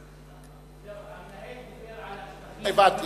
לא, המנהל דיבר על השטחים, הבנתי.